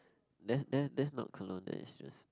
that's that's that's not cologne that's just